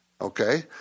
Okay